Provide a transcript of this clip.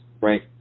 right